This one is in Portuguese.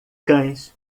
cães